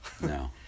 no